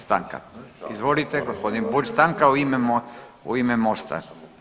Stanka, izvolite gospodin Bulj stanka u ime MOST-a.